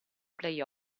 play